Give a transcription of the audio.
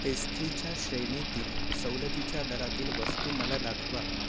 पेस्ट्रीच्या श्रेणीतील सवलतीच्या दरातील वस्तू मला दाखवा